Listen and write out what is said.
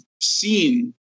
seen